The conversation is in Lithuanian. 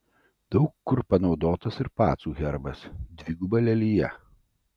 daug kur panaudotas ir pacų herbas dviguba lelija